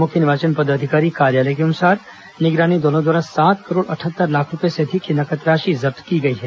मुख्य निर्वाचन पदाधिकारी कार्यालय के अनुसार निगरानी दलों द्वारा सात करोड़ अटहत्तर लाख रूपये से अधिक की नगद राशि जब्त की गई है